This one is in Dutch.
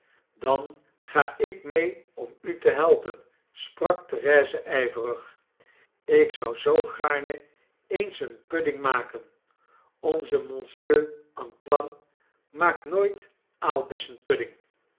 dan ga ik mee om u te helpen sprak therese ijverig jk zou zoo gaarne eens een pudding maken onze monsieur antoine maakt nooit